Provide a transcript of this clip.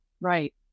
right